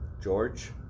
George